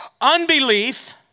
Unbelief